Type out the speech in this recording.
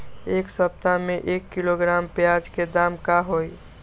एक सप्ताह में एक किलोग्राम प्याज के दाम का होई?